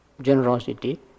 generosity